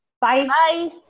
Bye